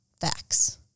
facts